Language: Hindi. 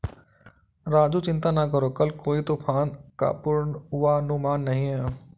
राजू चिंता ना करो कल कोई तूफान का पूर्वानुमान नहीं है